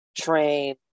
train